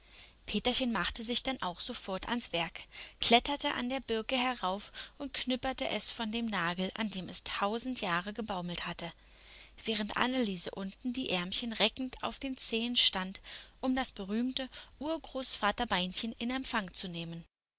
peterchen machte sich denn auch sofort ans werk kletterte an der birke herauf und knüpperte es von dem nagel an dem es tausend jahre gebaumelt hatte während anneliese unten die ärmchen reckend auf den zehen stand um das berühmte urgroßvater beinchen in empfang zu nehmen